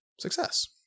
success